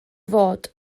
fod